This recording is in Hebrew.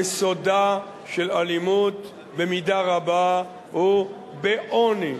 יסודה של אלימות במידה רבה הוא בעוני,